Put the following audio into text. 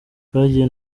twagiye